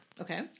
Okay